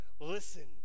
listen